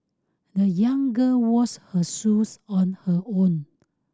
the young girl washed her shoes on her own